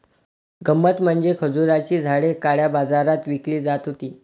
गंमत म्हणजे खजुराची झाडे काळ्या बाजारात विकली जात होती